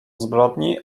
zbrodni